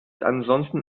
ansonsten